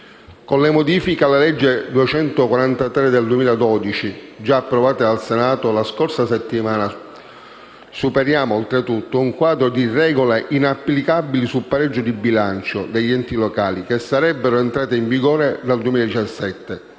Con le modifiche alla legge n. 243 del 2012, già approvate dal Senato la scorsa settimana, superiamo oltretutto un quadro di regole inapplicabili sul pareggio di bilancio degli enti locali che sarebbero entrate in vigore dal 2017,